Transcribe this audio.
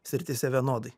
srityse vienodai